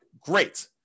great